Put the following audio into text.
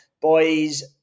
Boys